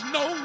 no